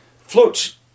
Floats